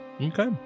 Okay